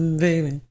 baby